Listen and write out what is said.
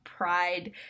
pride